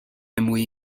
مویی